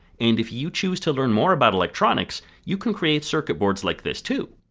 and if you choose to learn more about electronics, you can create circuit boards like this too.